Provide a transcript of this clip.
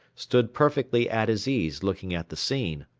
stood perfectly at his ease looking at the scene.